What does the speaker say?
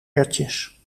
erwtjes